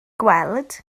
gweld